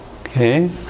Okay